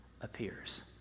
appears